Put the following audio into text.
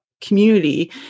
community